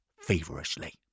feverishly